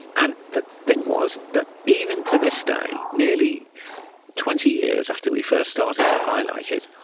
and the thing was that even to this day, nearly twenty years after we first started to highlight it,